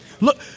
Look